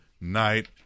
Night